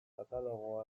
katalogo